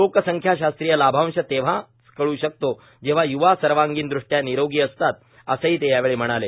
लोकसंख्या शास्त्रीय लाभांश तेंव्हाच कळू शकतो जेव्हा य्वा सर्वांगीण दृष्ट्या निरोगी असतात असंही ते यावेळी म्हणाले